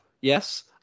yes